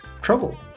trouble